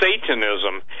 satanism